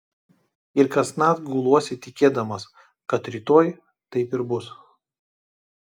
ir kasnakt guluosi tikėdamas kad rytoj taip ir bus